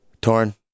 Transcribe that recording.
Torn